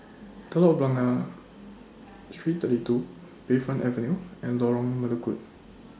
Telok Blangah Street thirty two Bayfront Avenue and Lorong Melukut